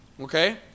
Okay